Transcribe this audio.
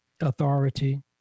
authority